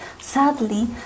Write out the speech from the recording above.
Sadly